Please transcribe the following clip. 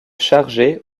chargeaient